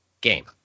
game